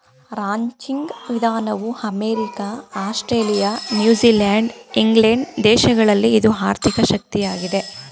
ranching ವಿಧಾನವು America, Australia, New Zealand England ದೇಶಗಳಲ್ಲಿ ಇದು ಆರ್ಥಿಕ ಶಕ್ತಿಯಾಗಿದೆ